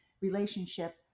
relationship